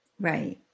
Right